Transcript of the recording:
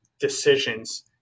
decisions